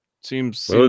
seems